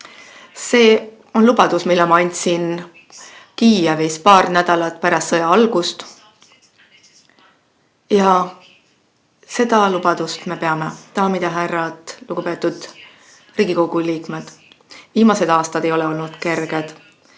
See on lubadus, mille ma andsin Kiievis paar nädalat peale sõja algust, ja seda lubadust me peame. Daamid ja härrad! Lugupeetud Riigikogu liikmed! Viimased aastad ei ole olnud kerged.